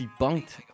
debunked